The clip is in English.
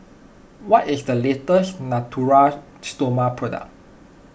what is the latest Natura Stoma product